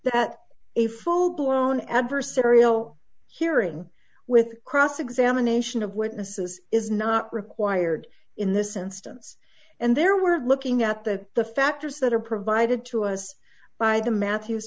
that a full blown adversarial hearing with cross examination of witnesses is not required in this instance and there were looking at the the factors that are provided to us by the matthews